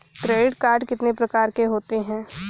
Credit card कितने प्रकार के होते हैं?